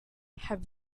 have